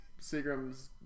Seagrams